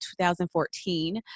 2014